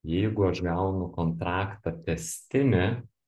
jeigu aš gaunu kontraktą tęstinį